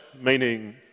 meaning